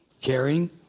Caring